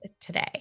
today